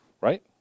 Right